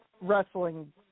wrestling